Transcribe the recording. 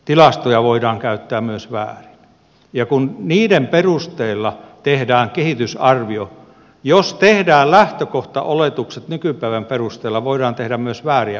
tilastoja voidaan käyttää myös väärin ja kun niiden perusteella tehdään kehitysarvio jos tehdään lähtökohtaoletukset nykypäivän perusteella voidaan tehdä myös vääriä olettamuksia